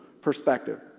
perspective